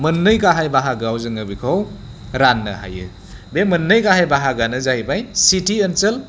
मोननै गाहाय बाहागोआव जोङो बेखौ राननो हायो बे मोननै गाहाय बाहागोआनो जाहैबाय सिटि ओनसोल